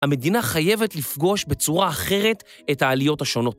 המדינה חייבת לפגוש בצורה אחרת את העליות השונות.